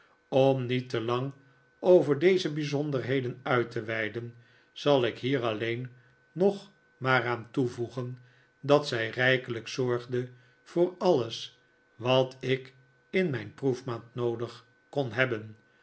om niet te lang over deze bijzonderheden uit te weiden zal ik hier alleen hog maar aan toevoegen dat zij rijkelijk zorgde voor alles wat ik in mijn proefmaand noodig kon hebben